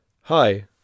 Hi